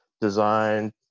design